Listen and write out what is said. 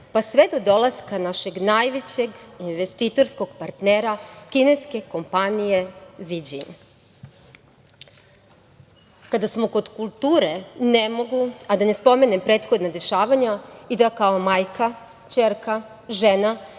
pa sve do dolaska našeg najvećeg investitorskog partnera, kineske kompanije „ZiĐin“.Kada smo kod kulture, ne mogu a da ne spomenem prethodna dešavanja i da kao majka, ćerka, žena